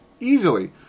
easily